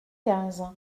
quinze